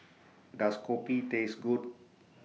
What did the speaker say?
Does Kopi Taste Good